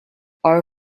our